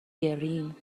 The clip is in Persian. گرین